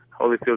Holyfield